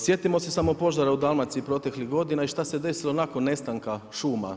Sjetimo se samo požara u Dalmaciji proteklih godina i što se desilo nakon nestanka šuma.